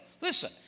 Listen